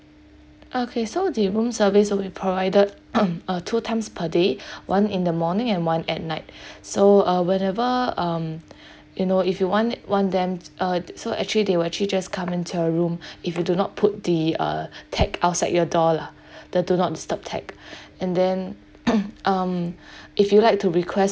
okay so the room service will be provided uh two times per day one in the morning and one at night so uh whenever um you know if you want it want them t~ uh so actually they will actually just come in to your room if you do not put the uh tag outside your door lah the do not disturb tag and then um if you'd like to request